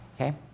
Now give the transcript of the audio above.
Okay